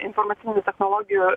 informacinių technologijų